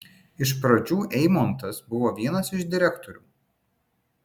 iš pradžių eimontas buvo vienas iš direktorių